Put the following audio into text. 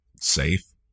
safe